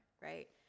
Right